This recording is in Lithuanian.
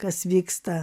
kas vyksta